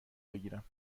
بگیرم